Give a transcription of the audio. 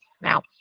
now